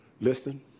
Listen